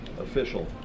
official